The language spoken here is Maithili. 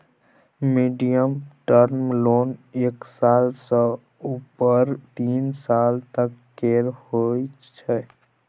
मीडियम टर्म लोन एक साल सँ उपर तीन सालक तक केर होइ छै